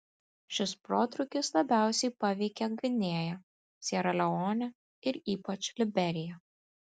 šis protrūkis labiausiai paveikė gvinėją siera leonę ir ypač liberiją